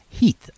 Heath